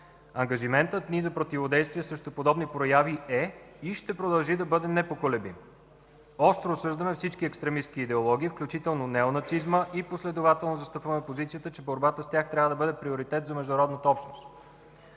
ангажиментът ни за противодействие срещу подобни прояви е и ще продължи да бъде непоколебим. Остро осъждаме всички екстремистки идеологии, включително неонацизма, и последователно застъпваме позицията, че борбата с тях трябва да бъде приоритет за международната общност.